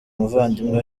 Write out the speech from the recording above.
umuvandimwe